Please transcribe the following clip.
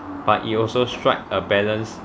but it also strike a balance